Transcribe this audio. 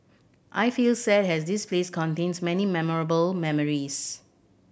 I feel sad as this place contains many memorable memories